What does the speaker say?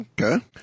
Okay